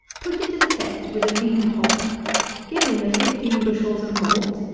put it to the test with a lean hog give him the fifteen bushels of malt,